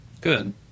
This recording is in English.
Good